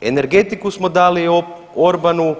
Energetiku smo dali Orbanu,